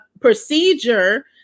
procedure